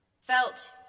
Felt